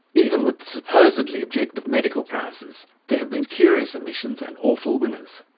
even with the supposedly objective medical prizes, there have been curious omissions and awful winners.